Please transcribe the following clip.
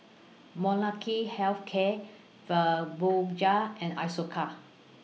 Molnylcke Health Care Fibogel and Isocal